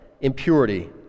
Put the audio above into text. impurity